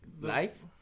life